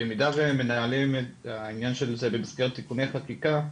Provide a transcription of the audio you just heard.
במידה והם מנהלים את העניין של זה במסגרת תיקוני חקיקה,